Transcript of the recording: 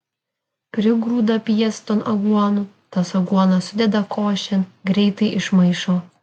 prigrūda pieston aguonų tas aguonas sudeda košėn gerai išmaišo